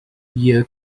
year